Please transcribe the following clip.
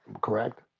Correct